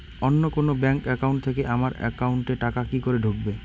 অন্য কোনো bank account থেকে আমার একাউন্ট এ টাকা কি করে ঢুকবে?